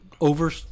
over